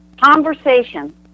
Conversation